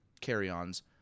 carry-ons